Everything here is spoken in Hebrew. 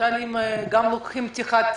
--- תשאל אם גם לוקחים על פתיחת תיק.